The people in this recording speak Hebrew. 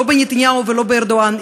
לא בנתניהו ולא בארדואן,